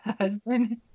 husband